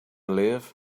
live